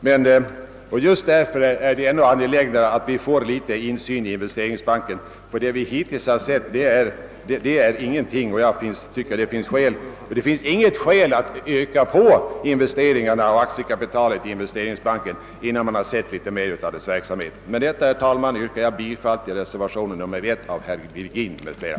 Det är angeläget att vi får bättre insyn i Investeringsbankens verksamhet; hittills har vi inte sett någonting härom. Det finns inget skäl att ytterligare öka aktiekapitalet i Investeringsbanken med 200 miljoner kronor. Med det anförda, herr talman, yrkar jag bifall till reservationen 1 av herr Virgin m.fl.